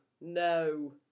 No